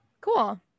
cool